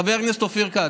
חבר הכנסת אופיר כץ,